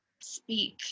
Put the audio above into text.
speak